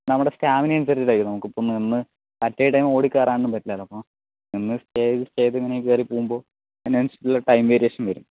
നമ്മുടെ സ്റ്റാമിന അനുസരിച്ചിട്ടായിരിക്കും നമുക്കിപ്പോൾ നിന്ന് അറ്റ് എ ടൈം ഓടിക്കയറാൻ ഒന്നും പറ്റില്ലല്ലോ അപ്പോൾ നിന്ന് സ്റ്റേ ചെയ്ത് സ്റ്റേ ചെയ്ത് ഇങ്ങനെ കയറി പോകുമ്പോൾ അതിനനുസരിച്ചിട്ടുള്ള ടൈം വേരിയേഷൻ വരും